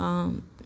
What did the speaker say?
आम